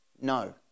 no